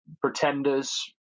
pretenders